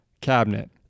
cabinet